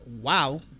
wow